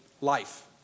life